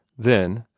then,